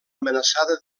amenaçada